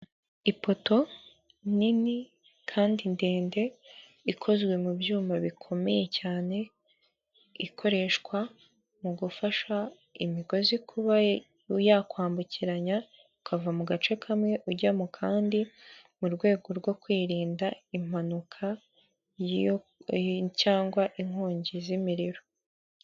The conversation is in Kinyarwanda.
Ipoto nini kandi ndende, ikozwe mu byuma bikomeye cyane, ikoreshwa mu gufasha imigozi kuba yakwambukiranya, ukava mu gace kamwe ujya mu kandi, mu rwego rwo kwirinda impanuka cyangwa inkongi z'imiriro.